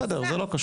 בסדר, זה לא קשור.